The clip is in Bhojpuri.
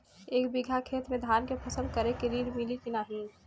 एक बिघा खेत मे धान के फसल करे के ऋण मिली की नाही?